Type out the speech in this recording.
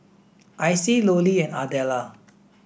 Icey Lollie and Adella